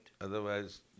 Otherwise